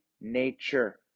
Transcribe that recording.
nature